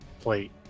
plate